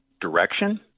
direction